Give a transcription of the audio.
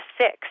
six